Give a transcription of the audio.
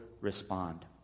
respond